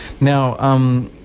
Now